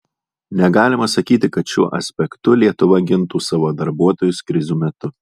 negalima sakyti kad šiuo aspektu lietuva gintų savo darbuotojus krizių metu